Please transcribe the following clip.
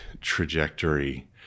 trajectory